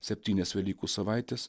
septynias velykų savaites